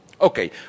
Okay